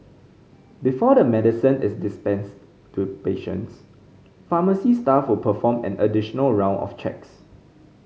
before the medicine is dispensed to patients pharmacy staff will perform an additional round of checks